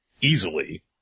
easily